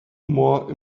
more